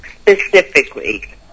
specifically